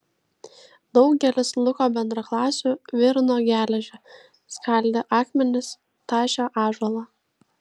daugelis luko bendraklasių virino geležį skaldė akmenis tašė ąžuolą